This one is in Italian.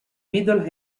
middle